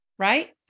Right